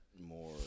more